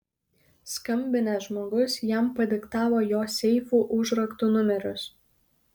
skambinęs žmogus jam padiktavo jo seifų užraktų numerius